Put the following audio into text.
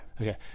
Okay